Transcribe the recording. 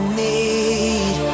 need